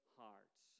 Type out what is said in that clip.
hearts